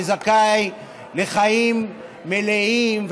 וזכאי לחיים מלאים,